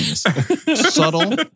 Subtle